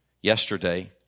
Yesterday